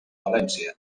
valència